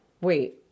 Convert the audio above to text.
Wait